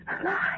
Alive